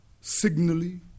signally